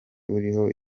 uriho